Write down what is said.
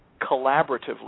collaboratively